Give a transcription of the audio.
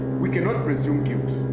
we cannot presume guilt.